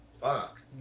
Fuck